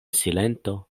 silento